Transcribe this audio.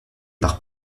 par